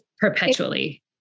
perpetually